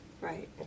Right